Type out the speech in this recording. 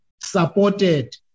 supported